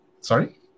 Sorry